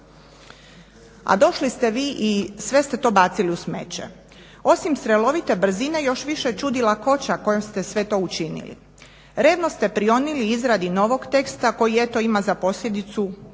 a došli ste vi i sve ste to bacili u smeće. Osim strelovite brzine još više čudi lakoća kojom ste sve to učinili. Revno ste prionuli izradi novog teksta koji eto ima za posljedicu